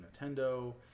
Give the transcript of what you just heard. Nintendo